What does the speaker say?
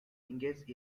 engaged